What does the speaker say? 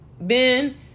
Ben